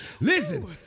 Listen